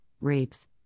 rapes